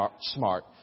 smart